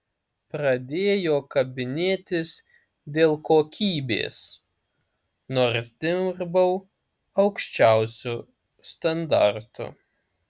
pradėjo kabinėtis dėl kokybės nors dirbau aukščiausiu standartu